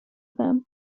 them